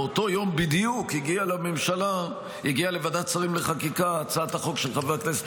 באותו יום בדיוק הגיעה לוועדת שרים לחקיקה הצעת החוק של חבר הכנסת